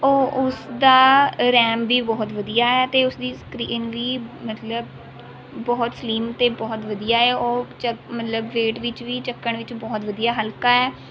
ਉਹ ਉਸਦਾ ਰੈਮ ਵੀ ਬਹੁਤ ਵਧੀਆ ਹੈ ਅਤੇ ਉਸਦੀ ਸਕਰੀਨ ਵੀ ਮਤਲਬ ਬਹੁਤ ਸਲਿੱਮ ਅਤੇ ਬਹੁਤ ਵਧੀਆ ਹੈ ਉਹ ਮਤਲਬ ਵੇਟ ਵਿੱਚ ਵੀ ਚੱਕਣ ਵਿੱਚ ਬਹੁਤ ਵਧੀਆ ਹਲਕਾ ਹੈ